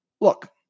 Look